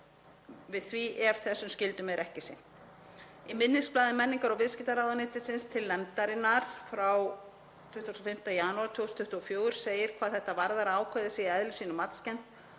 við því ef þessum skyldum sé ekki sinnt. Í minnisblaði menningar- og viðskiptaráðuneytis til nefndarinnar frá 25. janúar segir hvað þetta varðar að ákvæðið sé í eðli sínu matskennt